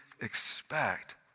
expect